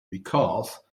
because